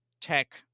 tech